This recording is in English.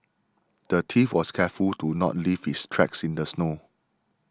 the thief was careful to not leave his tracks in the snow